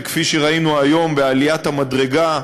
וכפי שראינו היום בעליית המדרגה,